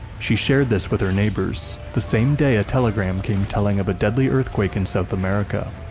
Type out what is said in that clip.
she shared this with her neighbours, the same day a telegram came telling of a deadly earthquake in south america.